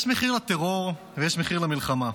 יש מחיר לטרור ויש מחיר למלחמה,